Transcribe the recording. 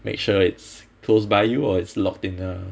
make sure it's close by you or it's locked in a